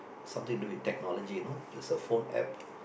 sometimes to do with technology you know there's a phone App